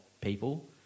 people